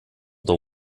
the